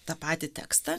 tą patį tekstą